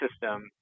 system